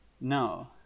No